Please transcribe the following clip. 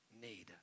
need